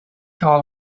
call